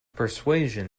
persuasion